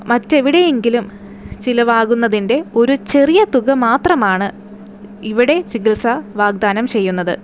മറ്റെവിടെയെങ്കിലും ചിലവാകുന്നതിന്റെ ഒരു ചെറിയ തുക മാത്രമാണ് ഇവിടെ ചികിത്സ വാഗ്ദാനം ചെയ്യുന്നത്